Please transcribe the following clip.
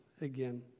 again